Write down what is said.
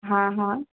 हा हा